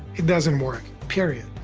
it doesn't work, period.